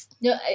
No